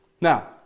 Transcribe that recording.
Now